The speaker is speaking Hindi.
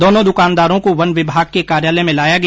दोनों द्रकानदारों को वन विभाग के कार्यालय में लाया गया